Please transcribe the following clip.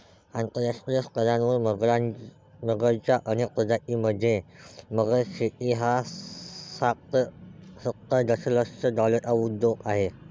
आंतरराष्ट्रीय स्तरावर मगरच्या अनेक प्रजातीं मध्ये, मगर शेती हा साठ ते सत्तर दशलक्ष डॉलर्सचा उद्योग आहे